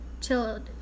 till